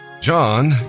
John